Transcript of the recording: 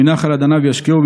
ומנחל עדניו ישקהו.